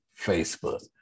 Facebook